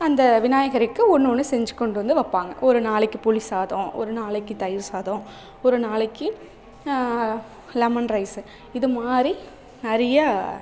அந்த விநாயகருக்கு ஒன்று ஒன்று செஞ்சு கொண்டு வந்து வைப்பாங்க ஒரு நாளைக்கு புளிசாதம் ஒரு நாளைக்கு தயிர் சாதம் ஒரு நாளைக்கு லெமன் ரைஸ் இது மாதிரி நிறைய